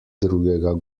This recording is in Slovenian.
drugega